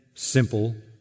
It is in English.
Simple